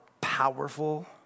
powerful